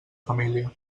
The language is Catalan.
família